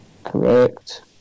Correct